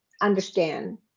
understand